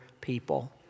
people